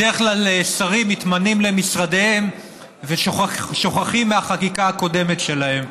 בדרך כלל שרים מתמנים למשרדיהם ושוכחים מהחקיקה הקודמת שלהם.